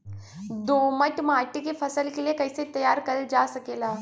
दोमट माटी के फसल के लिए कैसे तैयार करल जा सकेला?